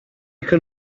can